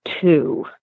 two